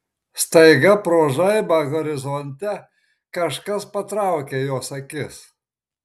staiga pro žaibą horizonte kažkas patraukė jos akis